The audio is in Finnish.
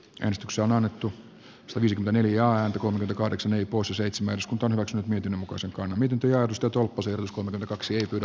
roistoksi on annettu selvisi neljään kun yli kahdeksan kuusi seitsemäs on se miten muka se on miten työ tuntuuko se uskomaton kaksi lta